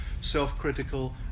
self-critical